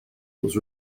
was